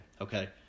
Okay